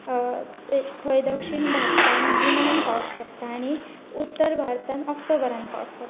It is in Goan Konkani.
थंय दक्षिण भारतांत जुनान पावस पडटा आनी उत्तर भारतांत ऑक्टोबरान पावस पडटा